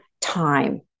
Time